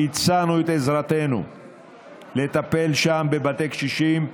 שהצענו את עזרתנו לטפל שם בבתי קשישים,